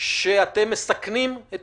שאתם מסכנים את